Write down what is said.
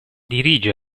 dirige